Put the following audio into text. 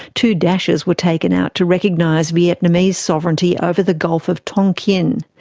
two dashes were taken out to recognise vietnamese sovereignty over the gulf of tonkin.